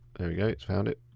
there we go it's found it.